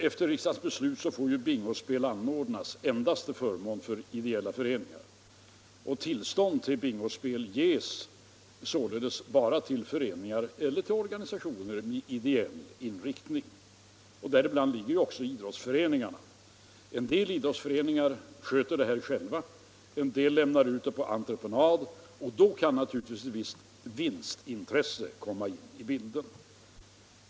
Enligt riksdagens beslut får ju bingospel anordnas endast till förmån för ideella föreningar, och tillstånd till bingospel ges således bara till föreningar eller organisationer med ideell inriktning. Däribland finns också idrottsföreningarna. En del idrottsföreningar sköter det här själva. En 1 del lämnar ut det på entreprenad, och då kan naturligtvis ett visst vinstintresse komma in i bilden.